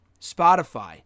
Spotify